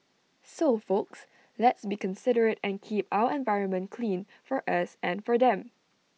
so folks let's be considerate and keep our environment clean for us and for them